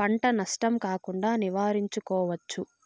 పంట నష్టం కాకుండా నివారించుకోవచ్చు